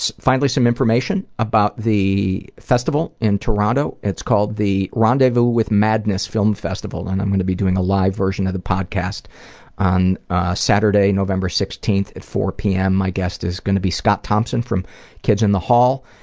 so finally some information about the festival in toronto. it's called the rendezvous with madness film festival, and i'm going to be doing a live version of the podcast on saturday, november sixteenth at four pm. my guest is going to be scott thompson from kids in the hall.